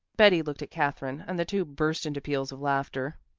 betty looked at katherine and the two burst into peals of laughter.